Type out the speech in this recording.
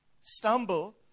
stumble